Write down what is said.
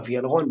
אביאל רון,